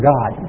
God